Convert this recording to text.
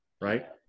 right